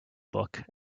book